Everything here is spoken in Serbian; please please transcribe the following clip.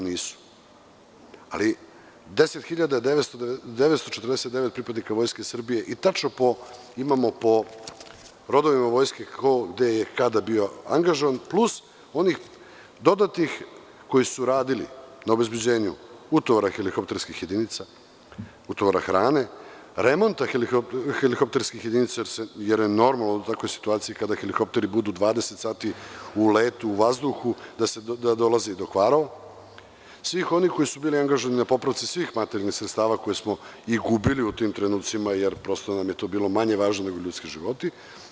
Nisu, ali 10.949 pripadnika Vojske Srbije i tačno imamo po rodovima vojske ko je, gde i kada bio angažovan, plus onih dodatnih koji su radili na obezbeđenju utovara helikopterskih jedinica, utovara hrane, remonta helikopterskih jedinica, jer je normalno u takvoj situaciji, kada helikopteri budu 20 sati u letu, u vazduhu, da dolazi do kvara, svih onih koji su bili angažovani na popravci svih materijalnih sredstava koje smo i gubili u tim trenucima, jer to nam je bilo manje važno nego ljudski životi.